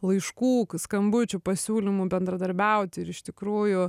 laiškų skambučių pasiūlymų bendradarbiauti ir iš tikrųjų